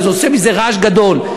אז יוצא מזה רעש גדול,